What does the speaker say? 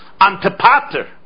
Antipater